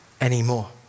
anymore